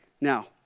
Now